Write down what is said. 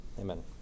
Amen